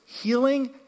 Healing